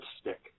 stick